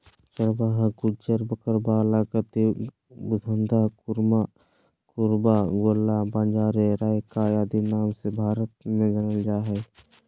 चरवाहा गुज्जर, बकरवाल, गद्दी, धंगर, कुरुमा, कुरुबा, गोल्ला, बंजारे, राइका आदि नाम से भारत में जानल जा हइ